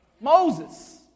Moses